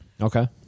okay